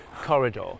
corridor